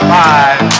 five